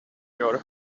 your